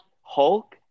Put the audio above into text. Hulk